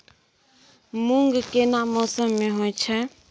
मूंग केना मौसम में होय छै?